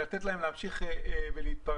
לתת להם להמשיך ולהתפרנס.